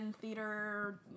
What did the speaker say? Theater